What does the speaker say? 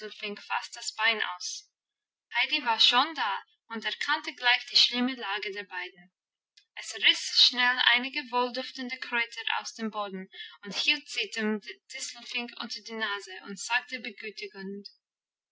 fast das bein aus heidi war schon da und erkannte gleich die schlimme lage der beiden es riss schnell einige wohlduftende kräuter aus dem boden und hielt sie dem distelfink unter die nase und sagte